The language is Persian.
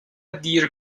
دیر